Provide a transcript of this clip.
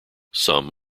some